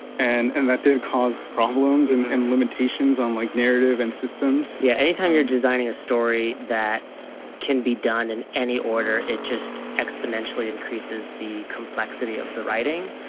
and and that did cause problems and and limitations on like narrative and systems. adam yeah. anytime you're designing a story that can be done in any order, it just exponentially increases the complexity of the writing.